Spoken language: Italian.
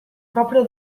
proprio